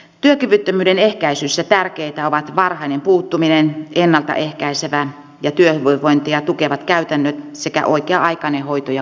työkyvyttömyyden ehkäisyssä tärkeitä ovat varhainen puuttuminen ennalta ehkäisevät ja työhyvinvointia tukevat käytännöt sekä oikea aikainen hoito ja kuntoutus